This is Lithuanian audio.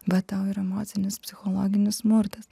va tau ir emocinis psichologinis smurtas